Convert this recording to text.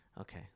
Okay